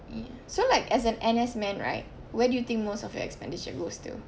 ya so like as an N_S man right where do you think most of your expenditure goes to